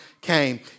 came